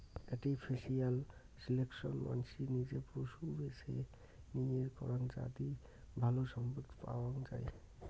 artificial selection মানসি নিজে পশু বেছে নিয়ে করাং যাতি ভালো সম্পদ পাওয়াঙ যাই